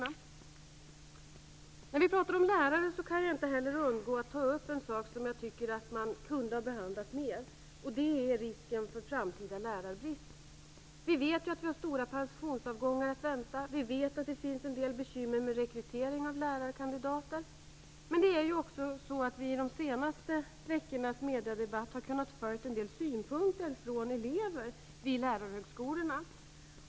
När vi pratar om lärare kan jag inte heller undgå att ta upp en sak som jag tycker att man kunde ha behandlat mer. Det gäller risken för en framtida lärarbrist. Vi vet att vi har stora pensionsavgångar att vänta. Vi vet att det finns en del bekymmer med rekrytering av lärarkandidater. Men i de senaste veckornas mediedebatt har vi också kunnat följa en del synpunkter från elever vid lärarhögskolorna.